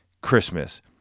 Christmas